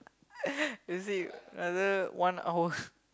you see rather one hour